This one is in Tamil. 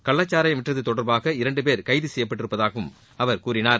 கள்ளச்சாராயம் விற்றது தொடர்பாகர இரண்டு பேர் கைது செய்யப்பட்டிருப்பதாகவும் அவர் தெரிவித்தார்